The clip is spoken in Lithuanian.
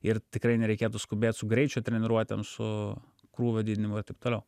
ir tikrai nereikėtų skubėt su greičio treniruotėm su krūvio didinimu ir taip toliau